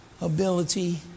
ability